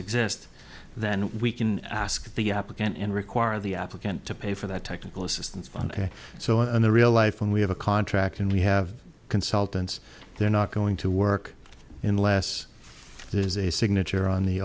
exist then we can ask the applicant in require the applicant to pay for that technical assistance fund so in the real life when we have a contract and we have consultants they're not going to work in less there's a signature on the